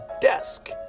desk